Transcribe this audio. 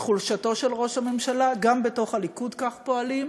חולשתו של ראש הממשלה גם בתוך הליכוד כך פועלים,